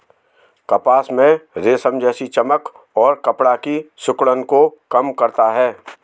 कपास में रेशम जैसी चमक और कपड़ा की सिकुड़न को कम करता है